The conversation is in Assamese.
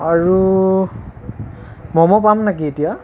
আৰু ম'ম' পাম নেকি এতিয়া